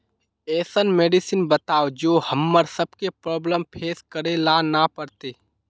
ऐसन मेडिसिन बताओ जो हम्मर सबके प्रॉब्लम फेस करे ला ना पड़ते?